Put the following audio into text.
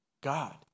God